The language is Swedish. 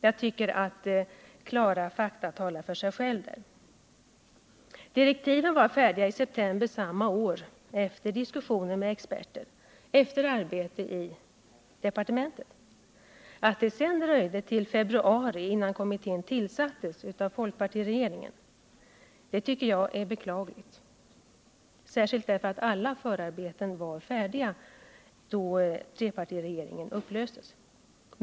Här talar klara fakta för sig själva. Direktiven var färdiga i september samma år, efter diskussioner med experter och arbete i departementet. Att det sedan dröjde till februari innan kommittén tillsattes av folkpartiregeringen är beklagligt, särskilt som alla förarbeten var färdiga när trepartiregeringen upplöstes.